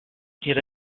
ihre